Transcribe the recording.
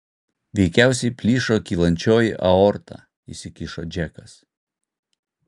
veikiausiai plyšo kylančioji aorta įsikišo džekas